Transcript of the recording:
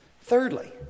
Thirdly